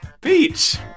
Beach